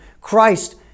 christ